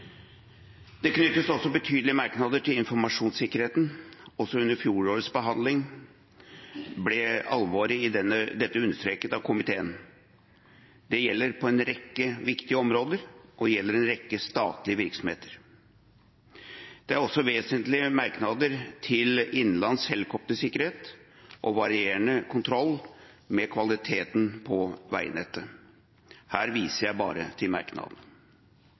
Det knyttes også betydelige merknader til informasjonssikkerheten. Også under fjorårets behandling ble alvoret i dette understreket av komiteen. Det gjelder på en rekke viktige områder, og det gjelder en rekke statlige virksomheter. Det er også vesentlige merknader til innenlands helikoptersikkerhet og varierende kontroll med kvaliteten på veinettet. Her viser jeg bare til